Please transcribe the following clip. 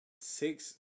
Six